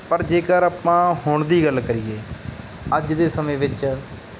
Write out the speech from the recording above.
ਪਰ ਜੇਕਰ ਆਪਾਂ ਹੁਣ ਦੀ ਗੱਲ ਕਰੀਏ ਅੱਜ ਦੇ ਸਮੇਂ ਵਿੱਚ